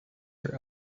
her